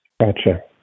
gotcha